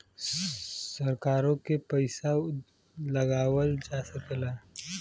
सरकारों के पइसा लगावल जा सकेला